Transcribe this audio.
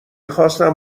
خواستم